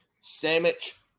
sandwich